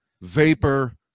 Vapor